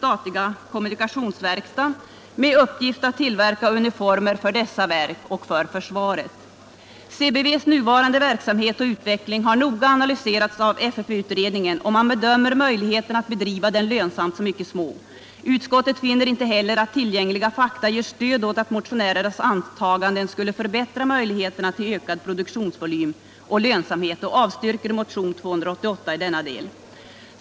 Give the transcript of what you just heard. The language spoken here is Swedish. CBV:s nuvarande verksamhet och utveckling har noga analyserats av FFV-utredningen, och man bedömer möjligheterna att bedriva den lönsamt som mycket små. Utskottet finner inte heller att tillgängliga fakta ger stöd åt att motionärernas antaganden skulle förbättra möjligheterna till ökad produktionsvolym och lönsamhet och avstyrker motionen 2288 i denna del.